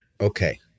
okay